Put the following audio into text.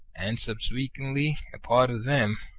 and subsequently a part of them,